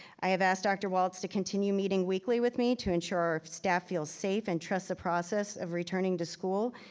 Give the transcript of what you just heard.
i have asked dr. walts to continue meeting weekly with me to ensure staff feels safe and trust the process of returning to school.